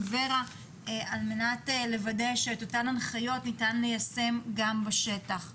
ור"ה על מנת לוודא שניתן ליישם בשטח את אותן הנחיות.